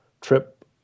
trip